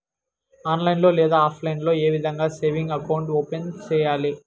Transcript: online లో లేదా offline లో ఏ విధంగా సేవింగ్ అకౌంట్ ఓపెన్ సేయాలి